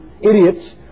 idiots